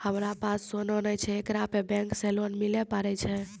हमारा पास सोना छै येकरा पे बैंक से लोन मिले पारे छै?